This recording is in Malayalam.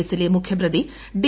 കേസിലെ മുഖ്യപ്രതി ഡി